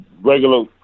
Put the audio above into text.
regular